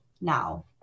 now